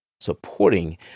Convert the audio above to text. supporting